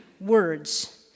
words